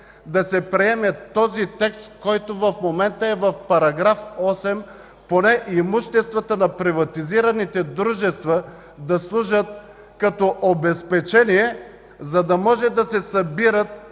да се приеме текстът, който в момента е в § 8 – поне имуществата на приватизираните дружества да служат като обезпечение, за да може да се събират